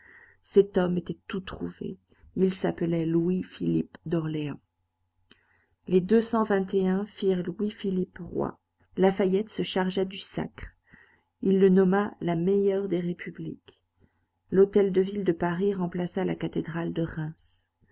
cet homme était tout trouvé il s'appelait louis-philippe d'orléans les firent louis-philippe roi lafayette se chargea du sacre il le nomma la meilleure des républiques l'hôtel de ville de paris remplaça la cathédrale de reims